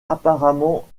apparemment